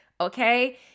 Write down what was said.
Okay